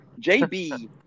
JB